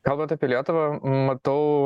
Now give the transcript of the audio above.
kalbant apie lietuvą matau